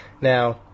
Now